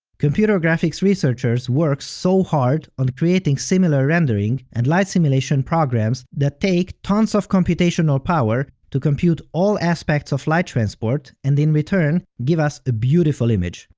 computer graphics researchers work so hard on creating similar rendering and light simulation programs that take tons of computational power to compute all aspects of light transport and in return, give us a beautiful image.